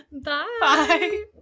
Bye